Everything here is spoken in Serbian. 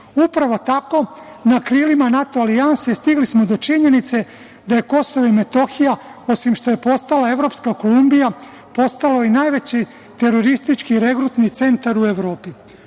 Upravo tako, na krilima NATO alijanse, stigli smo do činjenice da je Kosovo i Metohija, osim što je postalo evropska Kolumbija, postalo i najveći teroristički regrutni centar u Evropi. Ovom